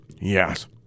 Yes